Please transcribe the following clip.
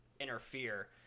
interfere –